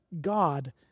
God